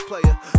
player